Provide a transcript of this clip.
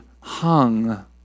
hung